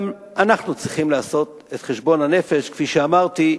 גם אנחנו צריכים לעשות את חשבון הנפש, כפי שאמרתי.